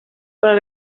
pel